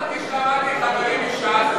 שאלתי חברים מש"ס,